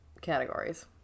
categories